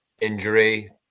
injury